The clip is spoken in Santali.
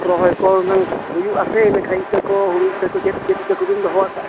ᱨᱚᱦᱚᱭ ᱠᱚ ᱦᱩᱱᱟᱹᱝ ᱦᱩᱭᱩᱜᱼᱟ ᱥᱮ ᱤᱱᱟᱹ ᱠᱷᱟᱡ ᱤᱛᱟᱹ ᱠᱚ ᱦᱩᱲᱩ ᱤᱛᱟᱹ ᱠᱚ ᱪᱮᱫ ᱪᱮᱫ ᱤᱛᱟᱹ ᱠᱚᱵᱤᱱ ᱫᱚᱦᱚ ᱟᱠᱟᱜᱼᱟ